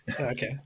Okay